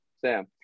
sam